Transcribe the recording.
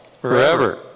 Forever